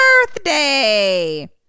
birthday